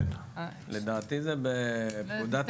לדעתי זה בפקודת